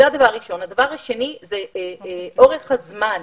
הדבר השני הוא אורך הזמן.